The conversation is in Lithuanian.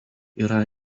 yra